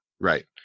Right